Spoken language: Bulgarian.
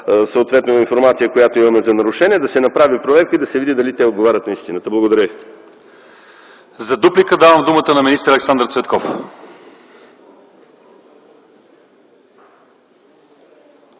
съответно информация, която имаме за нарушения. Да се направи проверка и да се види дали те отговарят на истината. Благодаря ви. ПРЕДСЕДАТЕЛ ЛЪЧЕЗАР ИВАНОВ: За дуплика давам думата на министър Александър Цветков.